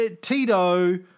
Tito